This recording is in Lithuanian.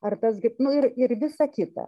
ar tas kaip nu ir ir visa kita